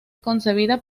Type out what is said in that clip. concebida